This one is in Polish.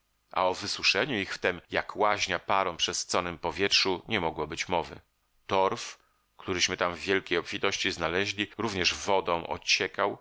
a o wysuszeniu ich w tem jak łaźnia parą przesyconem powietrzu nie mogło być mowy torf któryśmy tam w wielkiej obfitości znaleźli również wodą ociekał